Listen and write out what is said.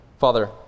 father